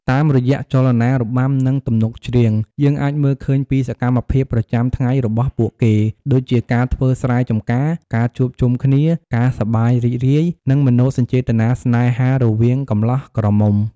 តាមរយៈចលនារបាំ និងទំនុកច្រៀង យើងអាចមើលឃើញពីសកម្មភាពប្រចាំថ្ងៃរបស់ពួកគេ ដូចជាការធ្វើស្រែចម្ការ ការជួបជុំគ្នា ការសប្បាយរីករាយ និងមនោសញ្ចេតនាស្នេហារវាងកំលោះក្រមុំ។